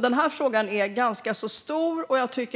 Denna fråga är ganska stor, och jag hoppas